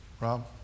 Rob